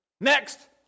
Next